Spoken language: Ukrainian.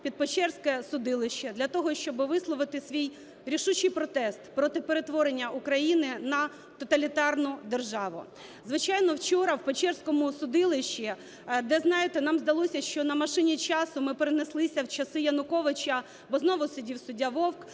печерське судилище для того, щоби висловити свій рішучий протест проти перетворення України на тоталітарну державу. Звичайно, вчора в печерському судилищі, де, знаєте, нам здалося, що на машині часу ми перенеслися у часи Януковича, бо знову судив суддя Вовк,